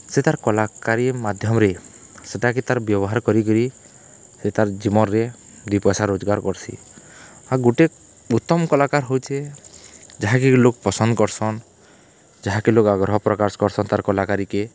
ସେ ତାର୍ କଲାକାରୀ ମାଧ୍ୟମରେ ସେଟାକି ତାର୍ ବ୍ୟବହାର୍ କରିକିରି ସେ ତାର୍ ଜୀବନ୍ରେ ଦୁଇ ପଏସା ରୋଜଗାର୍ କର୍ସି ଆଉ ଗୁଟେ ଉତ୍ତମ୍ କଳାକାର୍ ହଉଚେ ଯାହାକେ ଲୋକ୍ ପସନ୍ଦ୍ କର୍ସନ୍ ଯାହାକେ ଲୋକ୍ ଆଗ୍ରହ ପ୍ରକାଶ୍ କର୍ସନ୍ ତାର୍ କଳାକାରୀକେ